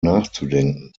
nachzudenken